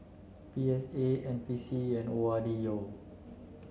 P S A N P C and O R D O